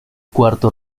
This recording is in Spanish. cuarto